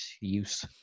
use